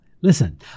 listen